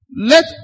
Let